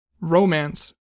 romance